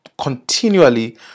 continually